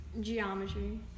Geometry